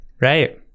Right